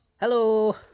Hello